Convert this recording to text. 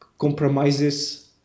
compromises